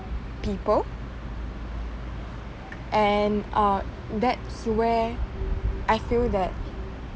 people and um that's where I feel that